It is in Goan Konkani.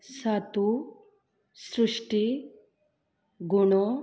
सातू श्रुश्टी गुणो